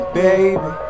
baby